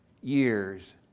years